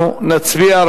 אנחנו נצביע,